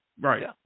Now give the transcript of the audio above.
Right